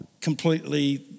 completely